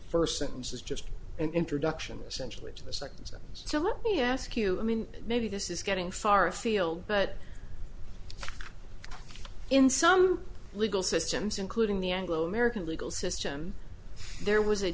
first sentence is just an introduction essentially to the second sentence so let me ask you i mean maybe this is getting far afield but in some legal systems including the anglo american legal system there was a